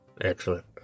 Excellent